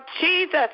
Jesus